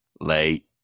Late